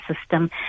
system